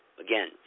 again